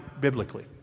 biblically